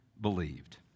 believed